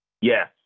Yes